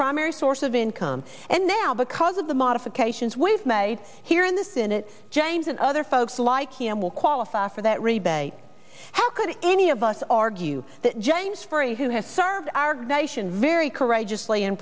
primary source of income and now because of the modifications we've made here in the senate james and other folks like him will qualify for that rebate how could any of us argue that james frey who has served our nation very courageous